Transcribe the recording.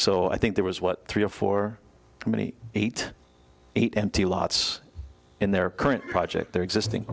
so i think there was what three or four many eight eight empty lots in their current project their existing